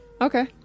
okay